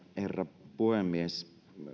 herra puhemies